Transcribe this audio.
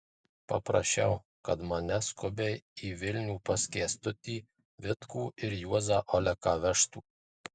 paprašiau kad mane skubiai į vilnių pas kęstutį vitkų ir juozą oleką vežtų